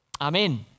Amen